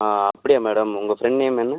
ஆ அப்படியா மேடம் உங்கள் friend name என்ன